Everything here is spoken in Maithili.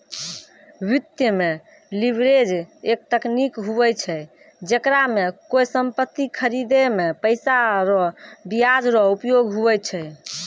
वित्त मे लीवरेज एक तकनीक हुवै छै जेकरा मे कोय सम्पति खरीदे मे पैसा रो ब्याज रो उपयोग हुवै छै